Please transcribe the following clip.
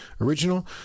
original